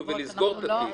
לסגור את התיק כאילו.